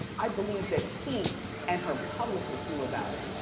i believe that he and her publicist knew about it,